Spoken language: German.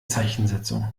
zeichensetzung